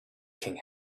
king